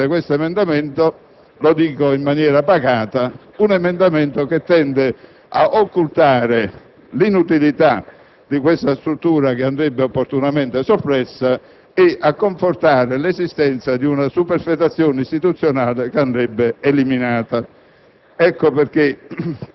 Quindi, chiaramente questo emendamento - lo dico in maniera pacata - tende ad occultare l'inutilità di questa struttura, che andrebbe opportunamente soppressa, ed a confortare l'esistenza di una superfetazione istituzionale da eliminare.